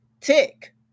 Tick